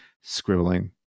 scribbling